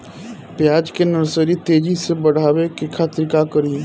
प्याज के नर्सरी तेजी से बढ़ावे के खातिर का करी?